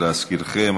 להזכירכם,